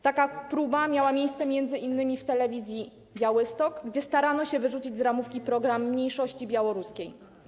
Taka próba miała miejsce m.in. w telewizji Białystok, w której starano się wyrzucić z ramówki program mniejszości białoruskiej.